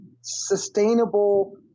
sustainable